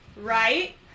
Right